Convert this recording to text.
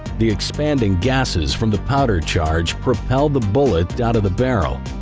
the expanding gases from the powder charge, propel the bullet out of the barrel.